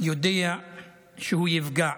יודע שהוא יפגע,